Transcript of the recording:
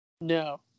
No